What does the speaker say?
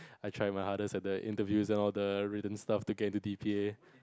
I try my hardest at the interviews and all the written stuff to get into D_P_A